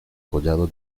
collado